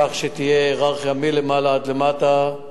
כך שתהיה הייררכיה מלמעלה עד למטה,